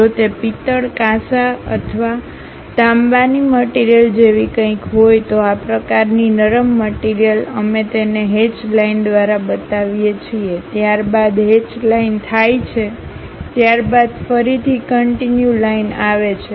જો તે પિત્તળ કાંસા અથવા તાંબાની મટીરીયલ જેવી કંઈક હોય તો આ પ્રકારની નરમ મટીરીયલ અમે તેને હેચ લાઇન દ્વારા બતાવીએ છીએ ત્યારબાદ હેચ લાઇન થાય છે ત્યારબાદ ફરીથી કંટીન્યુ લાઇન આવે છે